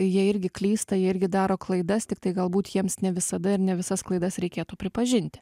jie irgi klysta jie irgi daro klaidas tiktai galbūt jiems ne visada ir ne visas klaidas reikėtų pripažinti